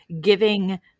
giving